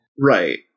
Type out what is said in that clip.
Right